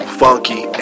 funky